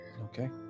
Okay